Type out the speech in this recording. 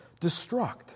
destruct